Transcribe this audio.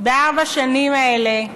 בארבע השנים האלה,